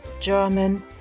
German